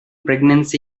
pregnancy